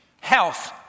health